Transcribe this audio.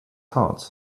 heart